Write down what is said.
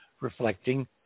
reflecting